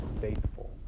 faithful